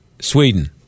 Sweden